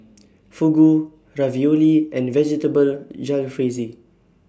Fugu Ravioli and Vegetable Jalfrezi